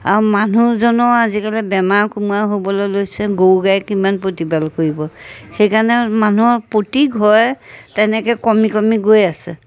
আৰু মানুহজনো আজিকালি বেমাৰ কুমাৰ হ'বলৈ লৈছে গৰু গাই কিমান প্ৰতিপাল কৰিব সেইকাৰণে মানুহৰ প্ৰতি ঘৰে তেনেকৈ কমি কমি গৈ আছে